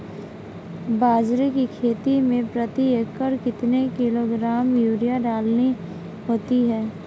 बाजरे की खेती में प्रति एकड़ कितने किलोग्राम यूरिया डालनी होती है?